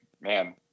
man